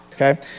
okay